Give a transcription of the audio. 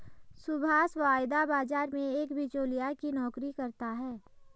सुभाष वायदा बाजार में एक बीचोलिया की नौकरी करता है